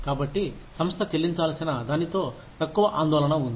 కాబట్టి సంస్థ చెల్లించాల్సిన దానితో తక్కువ ఆందోళన ఉంది